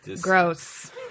gross